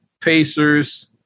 Pacers